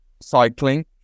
cycling